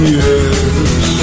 yes